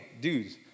dudes